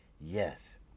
yes